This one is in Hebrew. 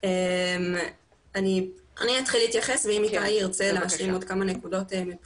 היא לא עלתה בדיון הקודם של הוועדה,